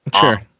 Sure